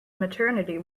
maternity